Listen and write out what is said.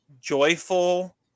joyful